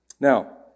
Now